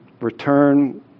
return